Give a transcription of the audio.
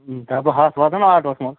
ڈَبہٕ ہَتھ واتن آٹوٗہَس منٛز